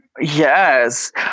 Yes